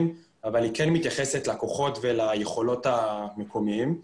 אבל היא כן מתייחסת לכוחות וליכולות המקומיים.